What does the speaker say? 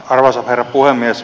arvoisa herra puhemies